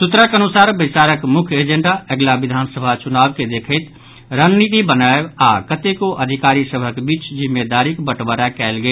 सूत्रक अनुसार बैसारक मुख्य एजेंडा अगिला विधानसभा चुनाव के देखैत रणनीति बनायब आओर कतेको अधिकारी सभक बीच जिम्मेदारीक बंटवारा कयल गेल